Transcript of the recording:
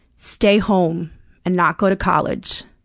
stay home and not go to college